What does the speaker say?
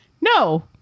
no